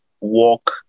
walk